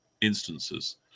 instances